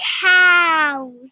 cows